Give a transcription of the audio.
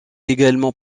également